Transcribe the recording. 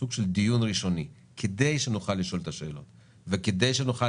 סוג של דיון ראשוני כדי שנוכל לשאול את השאלות וכדי שנוכל